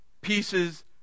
pieces